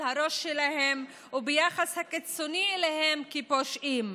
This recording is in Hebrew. לראש שלהם וביחס הקיצוני אליהם כפושעים,